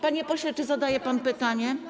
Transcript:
Panie pośle, czy zadaje pan pytanie?